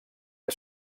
que